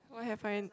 why have I